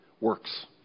Works